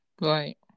Right